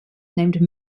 named